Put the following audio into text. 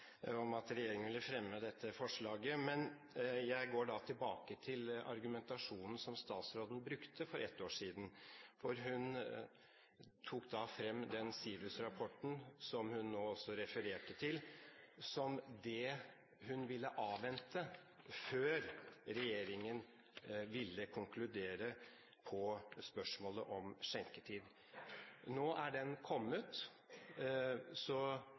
at regjeringen vil fremme dette forslaget. Jeg går da tilbake til argumentasjonen som statsråden brukte for ett år siden. Hun tok da fram den SIRUS-rapporten som hun nå også refererte til, som det hun ville «avvente» før regjeringen ville konkludere på spørsmålet om skjenketid. Nå er den kommet, så